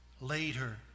Later